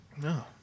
No